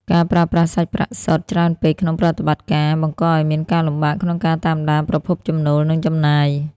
ការប្រើប្រាស់សាច់ប្រាក់សុទ្ធ ច្រើនពេកក្នុងប្រតិបត្តិការ បង្កឱ្យមានការលំបាកក្នុងការតាមដានប្រភពចំណូល និងចំណាយ។